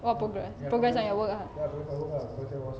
what progress progress on your work ah